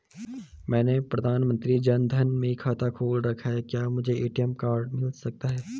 मैंने प्रधानमंत्री जन धन में खाता खोल रखा है क्या मुझे ए.टी.एम कार्ड मिल सकता है?